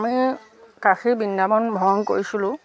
আমি কাশী বিন্দাবন ভ্ৰমণ কৰিছিলোঁ